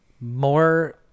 more